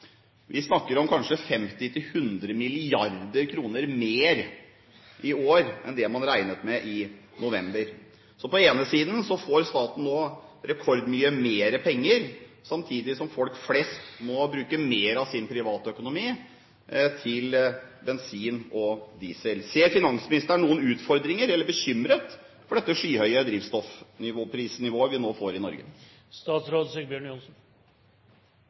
Vi snakker om kanskje 50–100 mrd. kr mer i år enn det man regnet med i november. På den ene siden får staten nå rekordmye mer penger, samtidig som folk flest må bruke mer av sin privatøkonomi til bensin og diesel. Ser finansministeren noen utfordringer her? Er han bekymret for dette høye prisnivået på drivstoff vi nå får i Norge?